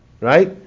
Right